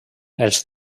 els